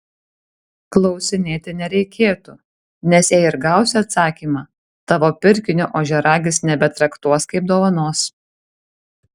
klausinėti nereikėtų nes jei ir gausi atsakymą tavo pirkinio ožiaragis nebetraktuos kaip dovanos